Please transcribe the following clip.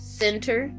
center